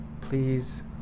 Please